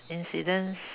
incidents